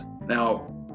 now